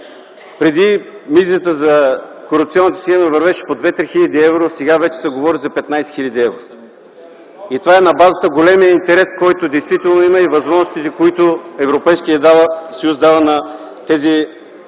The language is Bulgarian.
Преди мизата за корупционната схема вървеше по 2-3 хил. евро, сега вече се говори за 15 хил. евро. Това е на базата големия интерес, който действително има и възможностите, които Европейският съюз дава на тези